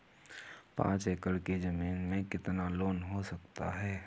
पाँच एकड़ की ज़मीन में कितना लोन हो सकता है?